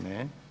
Ne.